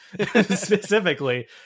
specifically